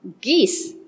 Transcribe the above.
geese